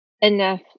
enough